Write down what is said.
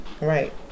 Right